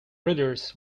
readers